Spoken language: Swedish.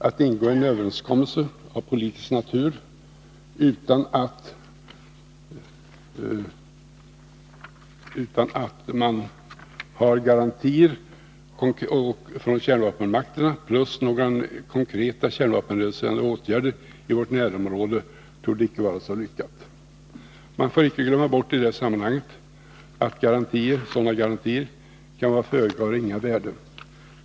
Att ingå i en överenskommelse med garantier av politisk natur från kärnvapenmakternas sida utan några konkreta kärnvapenreducerande åtgärder i vårt närområde torde icke vara så lyckat. Man får icke glömma bort i detta sammanhang att sådana garantier kan vara av ringa värde.